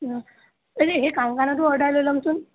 অঁ এনেই এই কাংকানৰটো অৰ্ডাৰ লৈ ল'মচোন